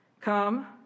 Come